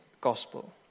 gospel